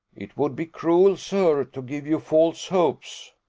it would be cruel, sir, to give you false hopes.